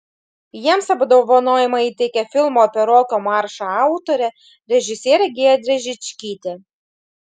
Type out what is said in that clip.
jiems apdovanojimą įteikė filmo apie roko maršą autorė režisierė giedrė žičkytė